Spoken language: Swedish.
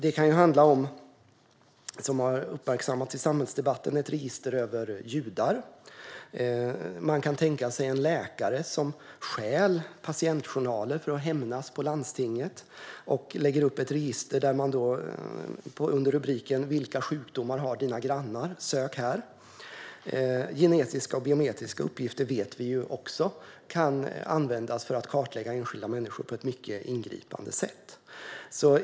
Det kan handla om, vilket har uppmärksammats i samhällsdebatten, ett register över judar. Man kan tänka sig en läkare som stjäl patientjournaler för att hämnas på landstinget och lägger upp ett register under rubriken "Vilka sjukdomar har dina grannar? Sök här!". Genetiska och biometriska uppgifter vet vi också kan användas för att kartlägga enskilda människor på ett mycket ingripande sätt.